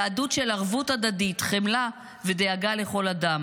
יהדות של ערבות הדדית, חמלה ודאגה לכל אדם.